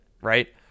right